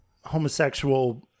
homosexual